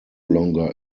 longer